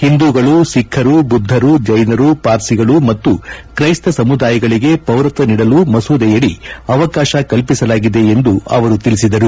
ಹಿಂದೂಗಳು ಸಿಖ್ವರು ಬುದ್ದರು ಜೈನರು ಪಾರ್ಸಿಗಳು ಮತ್ತು ತ್ರೈಸ್ತ ಸಮುದಾಯಗಳಿಗೆ ಪೌರತ್ವ ನೀಡಲು ಮಸೂದೆಯಡಿ ಅವಕಾಶ ಕಲ್ಲಿಸಲಾಗಿದೆ ಎಂದು ಅವರು ಹೇಳಿದರು